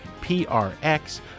PRX